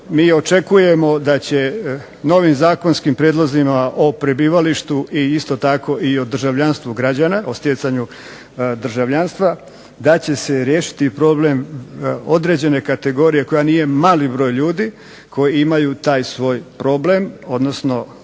Mi očekujemo da će novim zakonskim prijedlozima o prebivalištu i isto tako i o državljanstvu građana, o stjecanju državljanstva da će se riješiti problem određene kategorije koja nije mali broj ljudi koji imaju taj svoj problem, odnosno problem